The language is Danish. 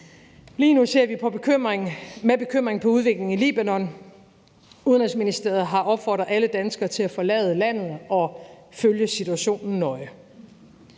Lige nu ser vi med bekymring på udviklingen i Libanon. Udenrigsministeriet har opfordret alle danskere til at forlade landet og følge situationen nøje.